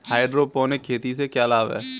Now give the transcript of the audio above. Hydroponic खेती से क्या लाभ हैं?